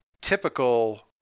typical